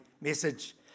message